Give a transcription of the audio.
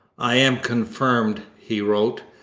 i am confirmed he wrote,